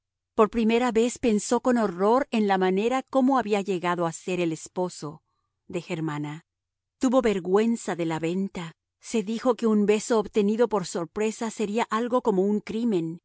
por primera vez pensó con horror en la manera cómo había llegado a ser el esposo de germana tuvo vergüenza de la venta se dijo que un beso obtenido por sorpresa sería algo como un crimen